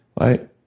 Right